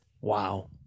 Wow